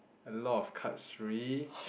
a lot of cards free